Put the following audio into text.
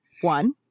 one